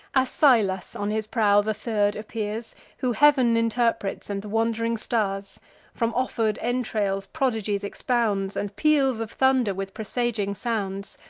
asylas on his prow the third appears, who heav'n interprets, and the wand'ring stars from offer'd entrails prodigies expounds, and peals of thunder, with presaging sounds.